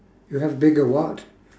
you have bigger what